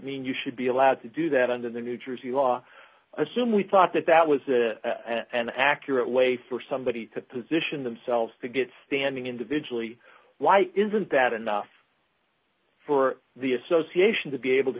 mean you should be allowed to do that under the new jersey law i assume we thought that that was it an accurate way for somebody to position themselves to get standing individually why isn't that enough for the association to be able to